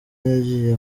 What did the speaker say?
yagiye